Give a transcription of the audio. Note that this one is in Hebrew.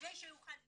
כדי שיוכל לראות,